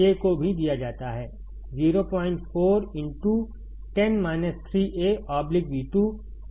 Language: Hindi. K को भी दिया जाता है 04 10 3a V2 यह सब कुछ दिया गया है